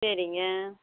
சரிங்க